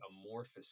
amorphous